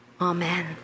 amen